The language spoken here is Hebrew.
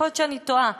יכול להיות שאני טועה.